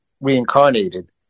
reincarnated